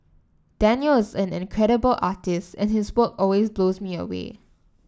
Daniel is an incredible artist and his work always blows me away